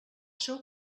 seu